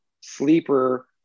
sleeper